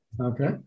Okay